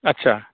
आच्चा